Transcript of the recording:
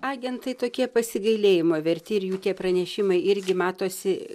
agentai tokie pasigailėjimo verti ir jų tie pranešimai irgi matosi